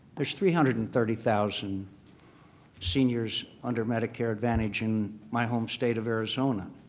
there's three hundred and thirty thousand seniors under medicare advantage in my home state of arizona.